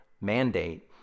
mandate